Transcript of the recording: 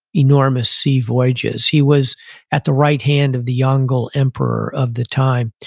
enormous sea voyages. he was at the right hand of the yongle emperor of the time.